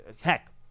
heck